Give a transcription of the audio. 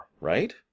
right